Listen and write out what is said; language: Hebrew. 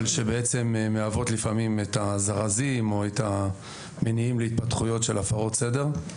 אבל שבעצם מהוות לפעמים את הזרזים או המניעים להתפתחויות של הפרות סדר.